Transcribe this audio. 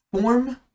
form